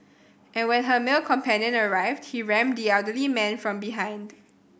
and when her male companion arrived he rammed the elderly man from behind